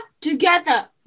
Together